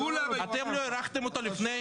לא הארכתם את החוק?